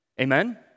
Amen